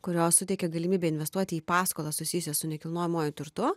kurios suteikia galimybę investuoti į paskolas susijusias su nekilnojamuoju turtu